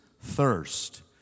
thirst